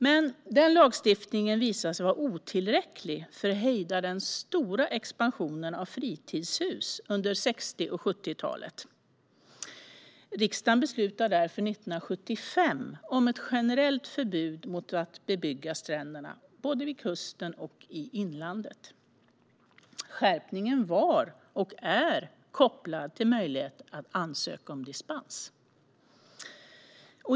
Men den lagstiftningen visade sig vara otillräcklig för att hejda den stora expansionen av fritidshus under 60 och 70-talen. Riksdagen beslutade därför 1975 om ett generellt förbud mot att bebygga stränderna, både vid kusten och i inlandet. Skärpningen var, och är, kopplad till en möjlighet att ansöka om dispens.